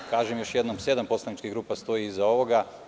Kažem još jednom, sedam poslaničkih grupa stoji iza ovoga.